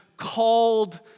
Called